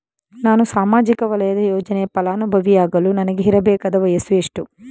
ನಾನು ಸಾಮಾಜಿಕ ವಲಯದ ಯೋಜನೆಯ ಫಲಾನುಭವಿ ಯಾಗಲು ನನಗೆ ಇರಬೇಕಾದ ವಯಸ್ಸು ಎಷ್ಟು?